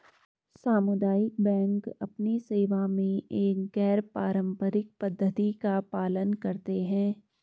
सामुदायिक बैंक अपनी सेवा में एक गैर पारंपरिक पद्धति का पालन करते हैं